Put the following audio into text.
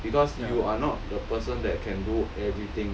because you are not the person that can do everything